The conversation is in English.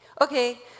okay